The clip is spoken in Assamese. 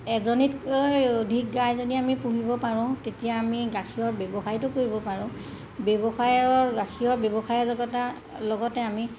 এজনীতকৈ যদি অধিক গাই যদি আমি পুহিব পাৰোঁ তেতিয়া আমি গাখীৰ ব্যৱসায়টো কৰিব পাৰোঁ ব্যৱসায়ৰ গাখীৰ ব্যৱসায়ৰ লগতে আমি